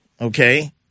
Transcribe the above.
okay